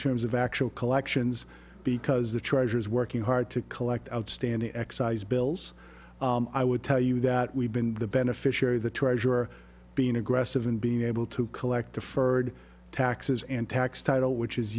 terms of actual collections because the treasurer's working hard to collect outstanding excise bills i would tell you that we've been the beneficiary the treasurer being aggressive in being able to collect the furred taxes and tax title which is